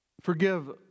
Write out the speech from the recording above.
forgive